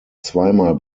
zweimal